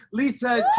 lisa,